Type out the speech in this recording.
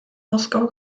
moscow